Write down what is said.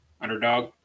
Underdog